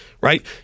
right